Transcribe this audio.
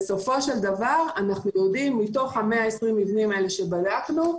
בסופו של דבר אנחנו יודעים שמתוך ה-120 מבנים האלה שבדקנו,